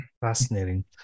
fascinating